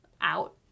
out